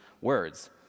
words